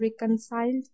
reconciled